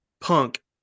Punk